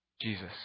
Jesus